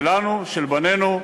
שלנו, של בנינו,